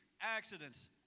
accidents